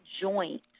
joint